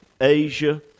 Asia